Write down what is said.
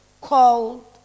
Called